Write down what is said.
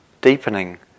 deepening